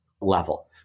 level